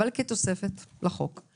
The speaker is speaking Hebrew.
אבל האם ניתן כתוספת לחוק,